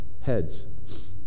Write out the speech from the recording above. heads